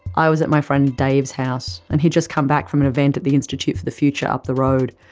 i was at my friend dave's house and he had just come back from an event at the institute for the future up the road,